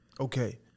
okay